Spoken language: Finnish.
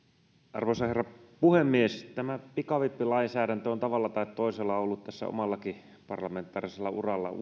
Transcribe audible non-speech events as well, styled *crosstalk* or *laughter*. arvoisa herra puhemies tämä pikavippilainsäädäntö on tavalla tai toisella ollut tässä omallakin parlamentaarisella urallani *unintelligible*